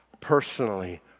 personally